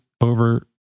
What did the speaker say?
over